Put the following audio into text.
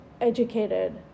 educated